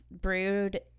brewed